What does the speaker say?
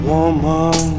Woman